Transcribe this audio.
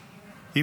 בשטח.